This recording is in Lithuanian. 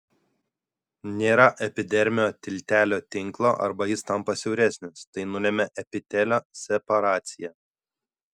nėra epidermio tiltelio tinklo arba jis tampa siauresnis tai nulemia epitelio separaciją